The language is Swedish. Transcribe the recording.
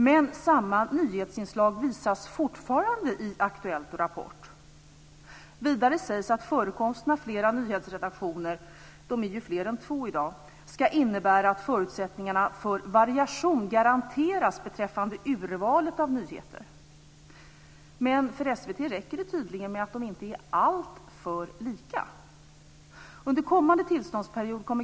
Men samma nyhetsinslag visas fortfarande i Aktuellt och Rapport. Vidare sägs att förekomsten av flera nyhetsredaktioner - de är ju fler än två i dag - ska innebära att förutsättningarna för variation garanteras beträffande urvalet av nyheter. Men för SVT räcker det tydligen med att de inte är "alltför" lika.